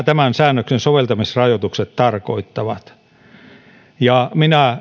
tämän säännöksen soveltamisrajoitukset tarkoittavat ja minä